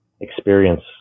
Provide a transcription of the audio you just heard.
experience